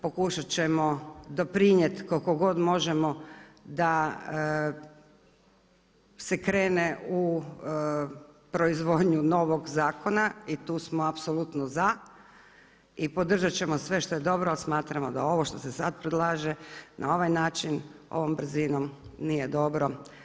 Pokušat ćemo doprinijeti koliko god možemo da se krene u proizvodnju novog zakona i tu smo apsolutno za i podržat ćemo sve što je dobro, ali smatramo da ovo što se sad predlaže na ovaj način ovom brzinom nije dobro.